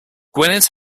gwynedd